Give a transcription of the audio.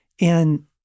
And-